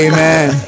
Amen